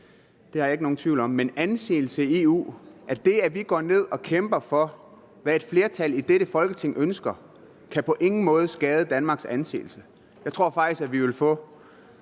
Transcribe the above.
det er jeg ikke i tvivl om. Men hvad angår anseelsen i EU, kan det, at vi går ned og kæmper for, hvad et flertal i dette Folketing ønsker, på ingen måde skade Danmarks anseelse. Jeg tror faktisk, at der vil være